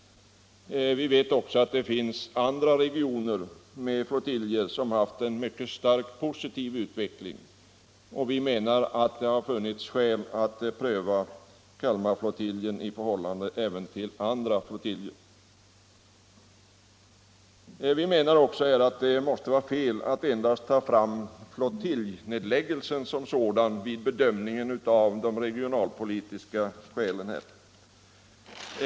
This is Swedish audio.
Vi vet också att det finns flottiljer inom regioner, som haft en mycket stark positiv utveckling, och vi menar att det hade varit skäl att pröva indragningen av Kalmarflottiljen mot en motsvarande åtgärd för andra flottiljer. Vi menar också att det måste vara fel att endast se till flottiljnedläggningen vid den regionalpolitiska bedömningen.